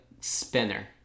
spinner